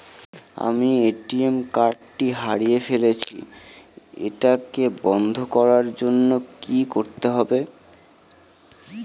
আমি ATM card টি হারিয়ে ফেলেছি এটাকে বন্ধ করার জন্য কি করতে হবে?